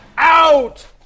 Out